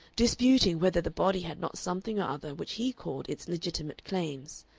disputing whether the body had not something or other which he called its legitimate claims.